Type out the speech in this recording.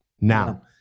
Now